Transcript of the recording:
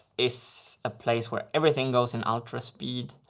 is a place where everything goes in ultra speed.